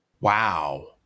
Wow